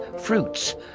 fruits